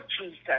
Jesus